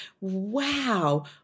wow